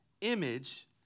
image